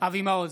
אבי מעוז,